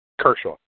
Kershaw